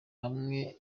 hamwe